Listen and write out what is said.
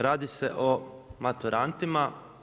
Radi se o maturantima.